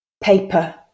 paper